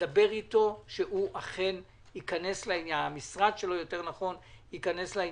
לדבר איתו, שהמשרד שלו אכן ייכנס לעניין.